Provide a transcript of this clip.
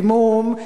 דימום,